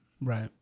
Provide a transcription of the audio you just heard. Right